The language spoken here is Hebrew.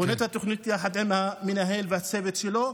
בונה את התוכנית יחד עם המנהל והצוות שלו,